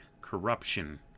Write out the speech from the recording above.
corruption